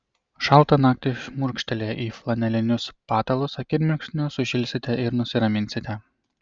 šaltą naktį šmurkštelėję į flanelinius patalus akimirksniu sušilsite ir nusiraminsite